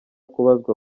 kubazwa